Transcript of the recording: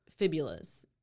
fibulas